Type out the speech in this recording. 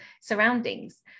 surroundings